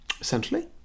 Essentially